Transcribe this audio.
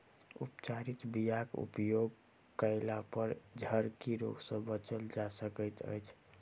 उपचारित बीयाक उपयोग कयलापर झरकी रोग सँ बचल जा सकैत अछि